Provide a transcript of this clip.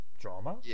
drama